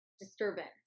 disturbance